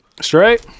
Straight